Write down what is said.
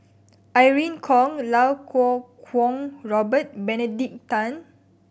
Irene Khong Iau Kuo Kwong Robert Benedict Tan